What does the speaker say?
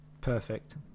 Perfect